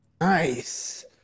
Nice